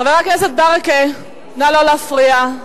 חבר הכנסת ברכה, נא לא להפריע.